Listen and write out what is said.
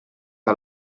que